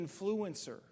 influencer